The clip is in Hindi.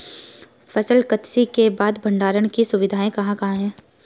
फसल कत्सी के बाद भंडारण की सुविधाएं कहाँ कहाँ हैं?